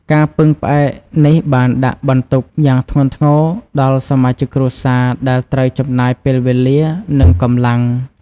ការពឹងផ្អែកនេះបានដាក់បន្ទុកយ៉ាងធ្ងន់ធ្ងរដល់សមាជិកគ្រួសារដែលត្រូវចំណាយពេលវេលា និងកម្លាំង។